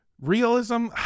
realism